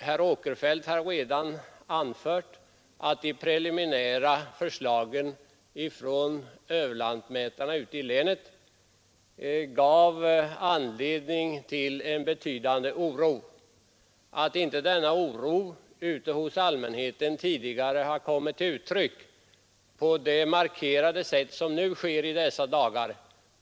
Herr Åkerfeldt har redan anfört att de preliminära förslagen från överlantmätarna i länet har väckt betydande oro, även om denna oro hos allmänheten tidigare inte har kommit till uttryck på det markerade sätt som sker i dessa dagar.